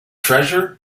treasure